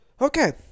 Okay